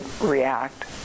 react